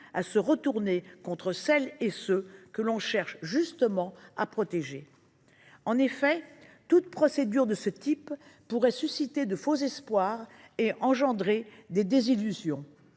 à se retourner contre celles et ceux que l’on cherche justement à protéger. En effet, toute procédure de ce type pourrait susciter de faux espoirs et engendrer des désillusions,